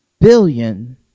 billion